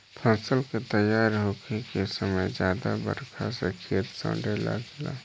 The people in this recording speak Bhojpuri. फसल के तइयार होखे के समय ज्यादा बरखा से खेत सड़े लागेला